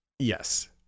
yes